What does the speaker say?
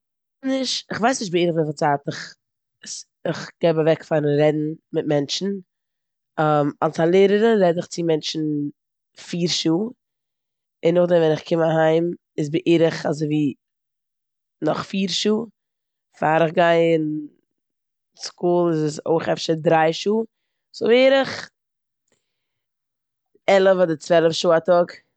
איך ווייס נישט בערך וויפיל צייט איך ס- איך געב אוועק פארן רעדן מיט מענטשן. אלס א לערערין רעד איך צו מענטשן פיר שעה און נאכדעם ווען איך קום אהיים איז בערך אזויווי נאך פיר שעה. פאר איך גיי אין סקול איז עס אויך אפשר דריי שעה. סאו בערך עלף אדער צוועלף שעה א טאג.